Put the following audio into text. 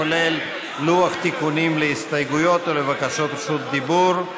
כולל לוח תיקונים להסתייגויות ולבקשות רשות דיבור.